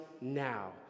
now